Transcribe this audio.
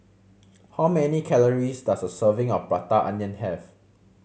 how many calories does a serving of Prata Onion have